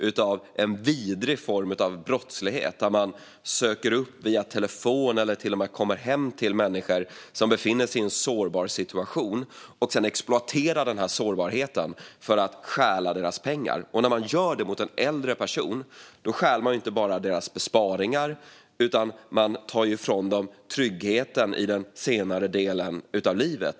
Det handlar om att kriminella söker upp personer via telefon eller till och med kommer hem till människor som befinner sig i en sårbar situation och sedan exploaterar sårbarheten för att stjäla deras pengar. De som gör detta mot äldre människor stjäl inte bara deras besparingar utan tar ju ifrån dem tryggheten i den senare delen av livet.